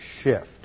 shift